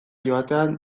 joatean